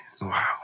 Wow